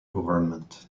government